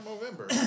November